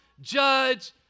judge